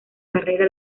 carrera